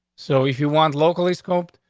so if you want locally scoped,